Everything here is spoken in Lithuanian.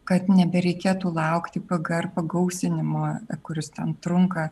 kad nebereikėtų laukti pgr pagausinimo kuris ten trunka